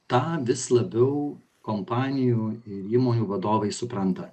tą vis labiau kompanijų ir įmonių vadovai supranta